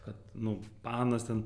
kad nu panos ten